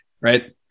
right